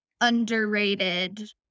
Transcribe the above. underrated